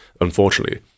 unfortunately